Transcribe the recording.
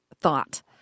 thought